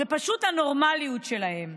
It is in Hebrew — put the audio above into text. זו פשוט הנורמליות שלהם.